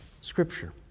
Scripture